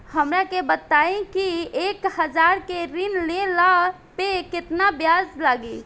हमरा के बताई कि एक हज़ार के ऋण ले ला पे केतना ब्याज लागी?